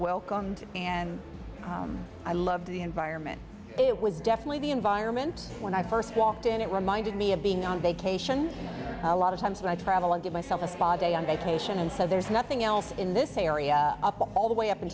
welcomed and i love the environment it was definitely the environment when i first walked in it reminded me of being on vacation a lot of times when i travel i give myself a spa day on vacation and so there's nothing else in this area all the way up in